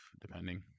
depending